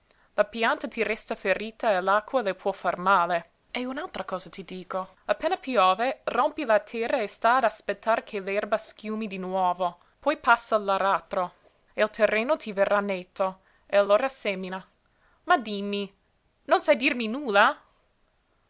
pianta ti resta ferita e l'acqua le può far male e un'altra cosa ti dico appena piove rompi la terra e sta ad aspettare che l'erba schiumi di nuovo poi passa l'aratro e il terreno ti verrà netto e allora sémina ma dimmi non sai dirmi nulla